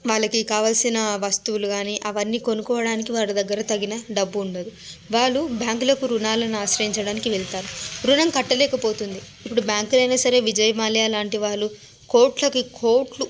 వాళ్ళకి కావలసిన వస్తువులు కానీ అవన్నీ కొనుక్కోవడానికి వాళ్ళదగ్గర తగిన డబ్బు ఉండదు వాళ్ళు బ్యాంకులకు రుణాలను ఆశ్రయించడానికి వెళ్తారు ఋణం కట్టలేకపోతుంది ఇప్పుడు బ్యాంకులైనా సరే విజయ్మాల్యా లాంటి వాళ్ళు కోట్లకి కోట్లు